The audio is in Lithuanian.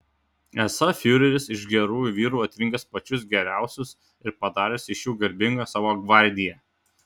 esą fiureris iš gerųjų vyrų atrinkęs pačius geriausius ir padaręs iš jų garbingą savo gvardiją